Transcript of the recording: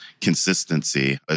consistency